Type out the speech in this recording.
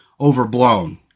overblown